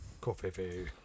Coffee